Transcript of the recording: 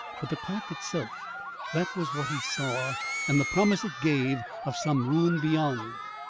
but the crack itself that was what he saw and the promise it gave of some room beyond.